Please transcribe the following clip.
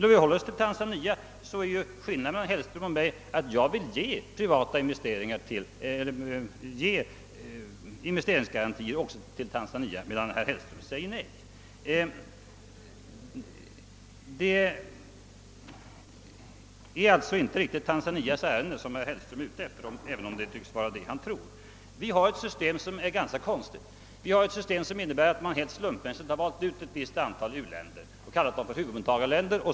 Om vi håller oss till Tanzania är skillnaden mellan herr Hellström och mig att jag vill ge investeringsgarantier också till Tanzania, medan herr Hellström säger nej. Det är alltså inte riktigt Tanzanias ärenden herr Hellström går, även om han tycks tro det. Vi har ett system som är ganska konstigt. Det innebär att man helt slumpmässigt har valt ut ett visst antal uländer, som man kallar huvudmottagar länder.